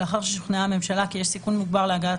ולאחר ששוכנעה הממשלה כי יש סיכון מוגבר להגעת